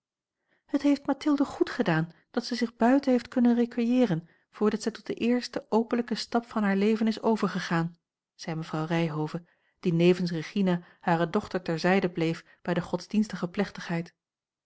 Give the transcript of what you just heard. het heeft mathilde goed gedaan dat zij zich buiten heeft kunnen recueilleeren voordat zij tot den eersten openlijken stap van haar leven is overgegaan zei mevrouw ryhove die nevens regina hare dochter ter zijde bleef bij de